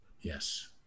Yes